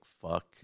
fuck